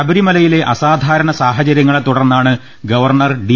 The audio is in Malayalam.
ശബരിമലയിലെ അസാധാരണ സാഹചര്യങ്ങളെത്തു ടർന്നാണ് ഗവർണർ ഡി